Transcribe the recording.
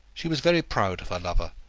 she was very proud of her lover,